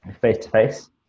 face-to-face